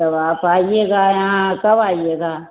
तब आप आइएगा यहां कब आइएगा